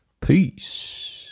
Peace